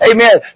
Amen